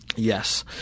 Yes